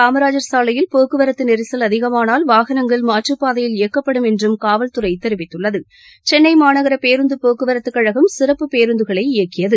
காமராஜர் சாலையில் போக்குவரத்து நெரிசல் அதிகமானால் வாகனங்கள் கடற்கரை மாற்றுப்பாதையில் இயக்கப்படும் என்றும் காவல்துறை தெரிவித்துள்ளது சென்னை மாநகர பேருந்து போக்குவரத்துக் கழகம் சிறப்பு பேருந்துகளை இயக்கியது